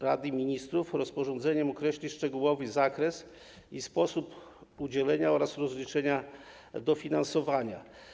Rada Ministrów rozporządzeniem określi szczegółowy zakres i sposób udzielenia oraz rozliczania dofinansowania.